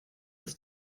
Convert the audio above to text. als